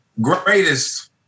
greatest